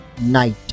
night